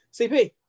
CP